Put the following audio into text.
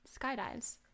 skydives